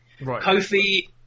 Kofi